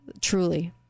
truly